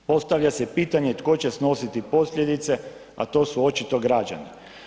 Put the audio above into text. Postavlja se pitanje tko će snositi posljedice, a to su očito građani.